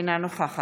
אינו נוכח